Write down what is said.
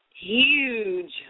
huge